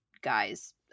guy's